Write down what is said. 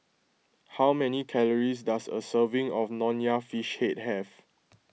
how many calories does a serving of Nonya Fish Head have